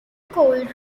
gold